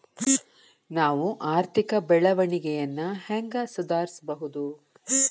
ನಾವು ಆರ್ಥಿಕ ಬೆಳವಣಿಗೆಯನ್ನ ಹೆಂಗ್ ಸುಧಾರಿಸ್ಬಹುದ್?